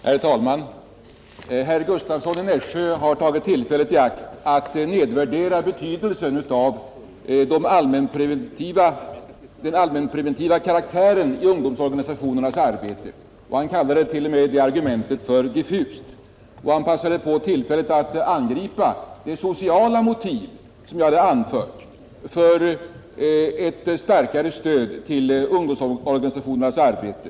Herr talman! Herr Gustavsson i Nässjö har tagit tillfället i akt att nedvärdera betydelsen av den allmänpreventiva karaktären i ungdomsorganisationernas arbete; han t.o.m. kallade det argumentet för diffust. Han passade också på tillfället att angripa det sociala motiv som jag anfört för ett starkare stöd till ungdomsorganisationernas arbete.